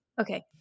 Okay